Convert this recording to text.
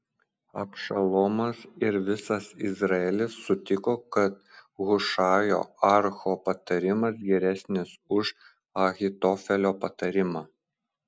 abšalomas ir visas izraelis sutiko kad hušajo archo patarimas geresnis už ahitofelio patarimą